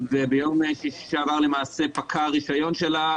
וביום שישי שעבר למעשה פקע הרישיון שלה,